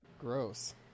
gross